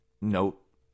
note